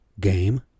game